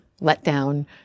letdown